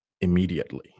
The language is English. immediately